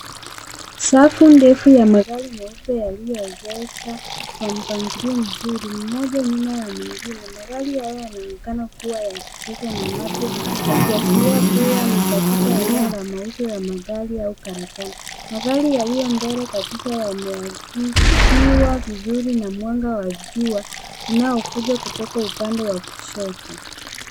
Safu ndefu ya magari meupe yalioegeshwa kawa mpangilio mzuri mmoja nyuma ya mwingine. Magari haya yanaonekana kuwa ya kuuza maanake yakiashilia kuwa ni katika eneo la mauzo ya magari au karakana. Magari yalio mbele kabisa yamefikiwa vizuri na mwanga wa jua unaokunja kutoka upande wa kushoto.